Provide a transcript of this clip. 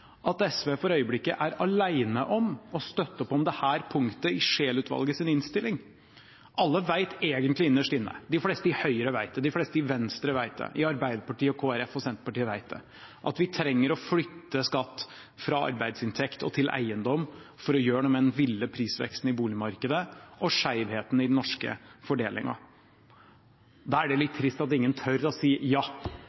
at SV for øyeblikket er alene om å støtte opp om dette punktet i Scheel-utvalgets innstilling. Alle vet egentlig innerst inne – de fleste i Høyre vet det, de fleste i Venstre vet det, de i Arbeiderpartiet, Kristelig Folkeparti og Senterpartiet vet det – at vi trenger å flytte skatt fra arbeidsinntekt og til eiendom for å gjøre noe med den ville prisveksten i boligmarkedet og skjevheten i den norske fordelingen. Da er det litt trist at ingen tør å si: Ja,